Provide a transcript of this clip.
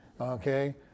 Okay